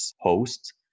host